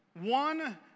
One